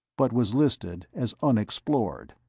but was listed as unexplored.